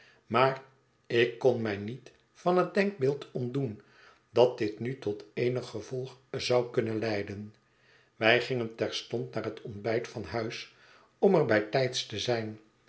maar ik kon mij niet van het denkbeeld ontdoen dat dit nu tot eenig gevolg zou kunnen leiden wij gingen terstond na het ontbijt van huis om er bijtijds te zijn